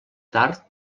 tard